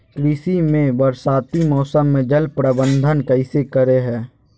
कृषि में बरसाती मौसम में जल प्रबंधन कैसे करे हैय?